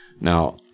Now